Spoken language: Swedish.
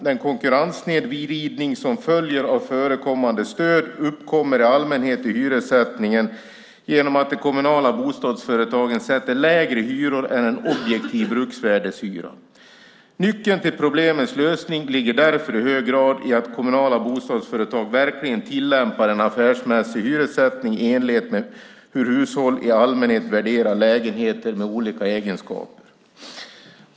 Den konkurrenssnedvridning som följer av förekommande stöd uppkommer i allmänhet i hyressättningen genom att de kommunala bostadsföretagen sätter lägre hyror än en objektiv bruksvärdeshyra. Nyckeln till problemens lösning ligger därför i hög grad i att kommunala bostadsföretag verkligen tillämpar en affärsmässig hyressättning i enlighet med hur hushåll i allmänhet värderar lägenheter med olika egenskaper.